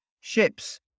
ships